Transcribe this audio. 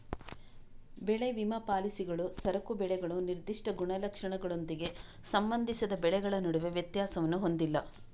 ಬೆಳೆ ವಿಮಾ ಪಾಲಿಸಿಗಳು ಸರಕು ಬೆಳೆಗಳು ನಿರ್ದಿಷ್ಟ ಗುಣಲಕ್ಷಣಗಳೊಂದಿಗೆ ಸಂಬಂಧಿಸಿದ ಬೆಳೆಗಳ ನಡುವೆ ವ್ಯತ್ಯಾಸವನ್ನು ಹೊಂದಿಲ್ಲ